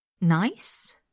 nice